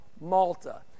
Malta